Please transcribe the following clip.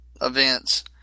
events